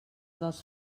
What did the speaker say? dels